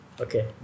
okay